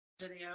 Video